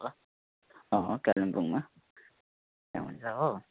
अँ अँ कालिम्पुङमा त्यहाँ हुन्छ हो